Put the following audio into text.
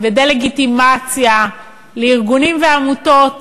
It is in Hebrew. ודה-לגיטימציה של ארגונים ועמותות